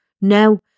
No